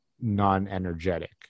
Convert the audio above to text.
non-energetic